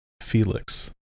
felix